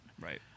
Right